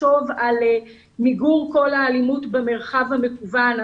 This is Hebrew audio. לחשוב על מיגור כל האלימות במרחב המקוון.